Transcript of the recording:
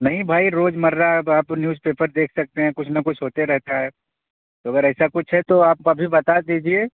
نہیں بھائی روز مرہ اب آپ نیوز پیپر دیکھ سکتے ہیں کچھ نہ کچھ ہوتے رہتا ہے تو اگر ایسا کچھ ہے تو آپ ابھی بتا دیجیے